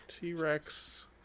T-Rex